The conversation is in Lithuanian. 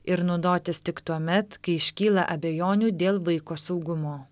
ir naudotis tik tuomet kai iškyla abejonių dėl vaiko saugumo